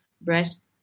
breast